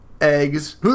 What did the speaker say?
eggs